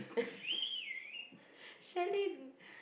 chalet